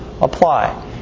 apply